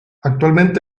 actualmente